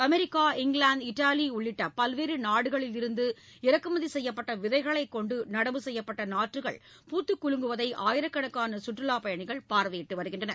America England Italy உள்ளிட்ட பல்வேறு நாடுகளிலிருந்து இறக்குமதி செய்யப்பட்ட விதைகளைக் கொண்டு நடவு செய்யப்பட்ட நாற்றுகள் பூத்துக் குலுங்குவதை ஆயிரக்கணக்கான சுற்றுலா பயணிகள் பார்வையிட்டு வருகின்றனர்